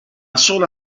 sola